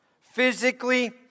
physically